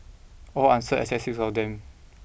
all answered except six of them